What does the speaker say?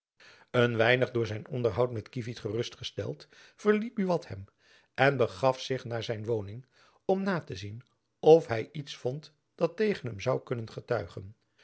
een weinig door zijn onderhoud met kievit gerust gesteld verliet buat hem en begaf zich naar zijn woning om na te zien of hy iets vond dat tegen hem soû kunnen getuigen